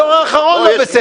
או שהדור האחרון לא בסדר.